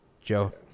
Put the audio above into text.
Joe